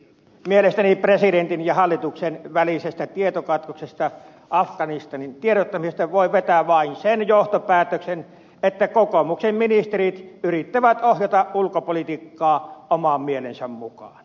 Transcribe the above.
mielestäni presidentin ja hallituksen välisestä tietokatkoksesta afganistanin tiedottamisessa voi vetää vain sen johtopäätöksen että kokoomuksen ministerit yrittävät ohjata ulkopolitiikkaa oman mielensä mukaan